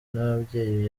n’ababyeyi